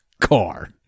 car